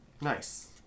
Nice